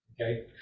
Okay